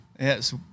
yes